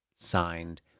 Signed